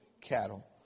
cattle